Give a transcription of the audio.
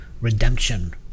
redemption